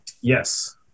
Yes